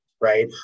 right